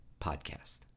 Podcast